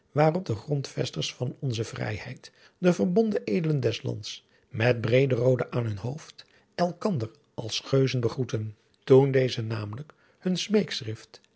waarop de grondvesters van onze vrijheid de verbonden edelen des lands met brederode aan hun adriaan loosjes pzn het leven van hillegonda buisman hoofd elkander als geuzen begroetten toen deze namelijk hun